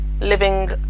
living